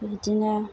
बेबायदिनो